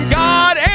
god